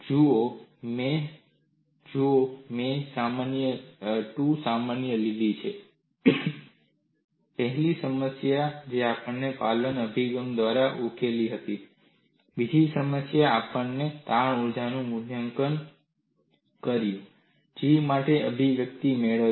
જુઓ મેં 2 સમસ્યાઓ લીધી છે પહેલી સમસ્યા જે આપણે પાલન અભિગમ દ્વારા ઉકેલી હતી બીજી સમસ્યા આપણે તાણ ઊર્જાનું મૂલ્યાંકન કર્યું અને G માટે અભિવ્યક્તિ મેળવી